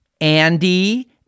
Andy